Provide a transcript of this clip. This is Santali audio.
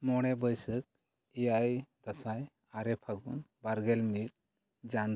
ᱢᱚᱬᱮ ᱵᱟᱹᱭᱥᱟᱹᱠᱷ ᱮᱭᱟᱭ ᱫᱟᱸᱥᱟᱭ ᱟᱨᱮ ᱯᱷᱟᱹᱜᱩᱱ ᱵᱟᱨᱜᱮᱞ ᱢᱤᱫ ᱡᱟᱱᱛᱷᱟᱲ